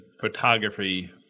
photography